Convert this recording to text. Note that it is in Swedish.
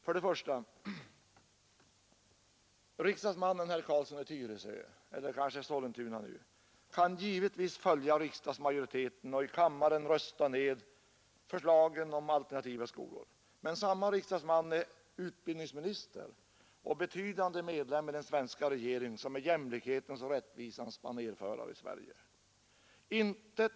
För det första kan riksdagsmannen herr Carlsson i Tyresö givetvis följa riksdagsmajoriteten och i kammaren rösta ner förslagen om alternativa skolor, men samme riksdagsman är utbildningsminister och betydande medlem i den svenska regering som är jämlikhetens och rättvisans banérförare i Sverige.